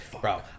bro